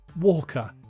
Walker